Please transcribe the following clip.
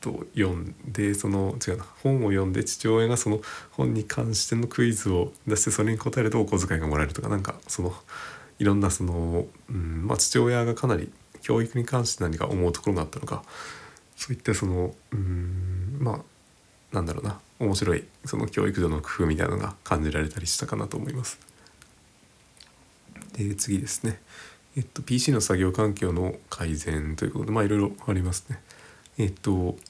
読んで、その、違うな。本を読んで父親がその本に関してのクイズを出して、それに答えるとお小遣いがもらえるとか、なんかその、いろんなその、うん、まあ父親がかなり教育に関して何か思うところがあったのか、そういったその、うん、まあ、なんだろうな。面白いその教育上の工夫みたいなのが感じられたりしたかなと思います。で、次ですね。えっと、PCの作業環境の改善ということで、まあいろいろありますね。えっと、